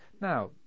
Now